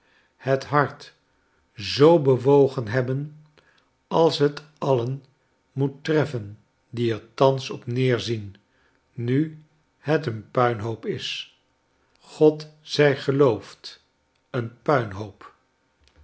het hart zoo bewogen hebben als het alien moet treffen die er thans op neerzien nu het een puinhoop is god zij geloofd een puinhoop